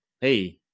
Hey